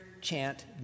chant